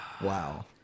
Wow